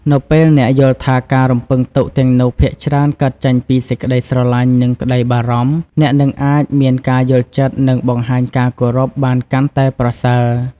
នៅពេលអ្នកយល់ថាការរំពឹងទុកទាំងនោះភាគច្រើនកើតចេញពី សេចក្ដីស្រឡាញ់ និងក្ដីបារម្ភ អ្នកនឹងអាចមានការយល់ចិត្ត និងបង្ហាញការគោរពបានកាន់តែប្រសើរ។